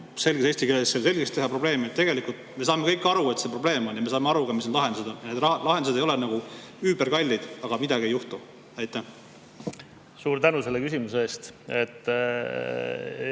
selges eesti keeles selgeks teha? Tegelikult me saame kõik aru, et see probleem on, ja me saame aru ka, mis need lahendused on. Need lahendused ei ole nagu überkallid, aga midagi ei juhtu. Suur tänu selle küsimuse eest!